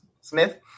Smith